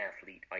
athlete